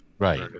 Right